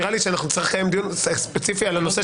נראה לי שנצטרך לקיים דיון ספציפי על הנושא